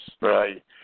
Right